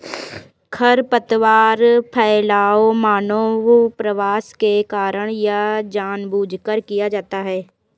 खरपतवार फैलाव मानव प्रवास के कारण या जानबूझकर किया जाता हैं